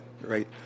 right